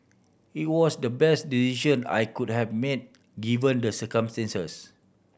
it was the best decision I could have made given the circumstances